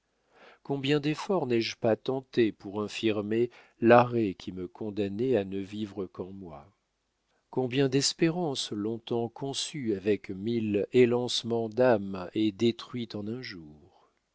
combien d'efforts n'ai-je pas tentés pour infirmer l'arrêt qui me condamnait à ne vivre qu'en moi combien d'espérances long-temps conçues avec mille élancements d'âme et détruites en un jour